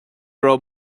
raibh